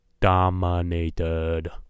Dominated